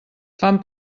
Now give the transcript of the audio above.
fan